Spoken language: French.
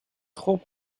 trop